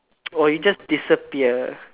or you just disappear